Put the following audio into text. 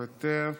מוותר,